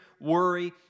worry